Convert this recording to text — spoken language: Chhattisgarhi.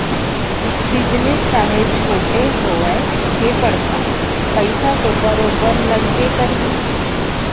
बिजनेस चाहे छोटे होवय के बड़का पइसा तो बरोबर लगबे करही